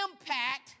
impact